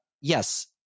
yes